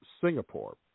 Singapore